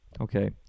Okay